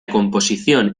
composición